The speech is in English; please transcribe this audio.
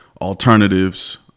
alternatives